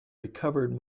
recovered